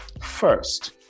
First